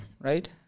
Right